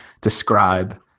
describe